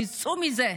תצאו מזה,